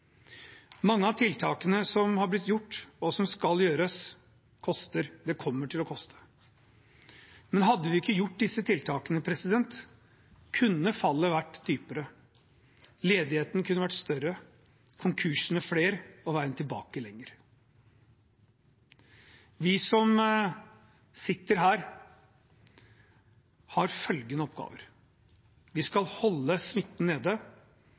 Mange av tiltakene som har blitt gjort, og som skal gjøres, koster og kommer til å koste. Men hadde vi ikke gjort disse tiltakene, kunne fallet vært dypere. Ledigheten kunne vært større, konkursene flere og veien tilbake lengre. Vi som sitter her, har følgende oppgaver: Vi skal holde smitten nede,